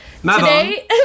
Today